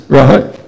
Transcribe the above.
right